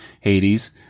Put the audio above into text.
Hades